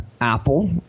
Apple